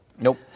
Nope